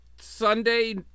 Sunday